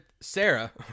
sarah